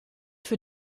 für